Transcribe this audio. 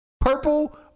purple